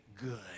good